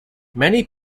many